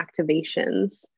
activations